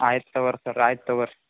ಆಯ್ತು ತೊಗೋ ರೀ ಸರ್ ಆಯ್ತು ತೊಗೋ ರೀ